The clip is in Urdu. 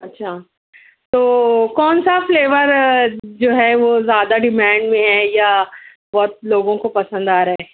اچھا تو کون سا فلیور جو ہے وہ زیادہ ڈیمانڈ میں ہے یا بہت لوگوں کو پسند آ رہا ہے